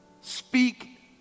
speak